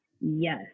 Yes